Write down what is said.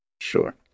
Sure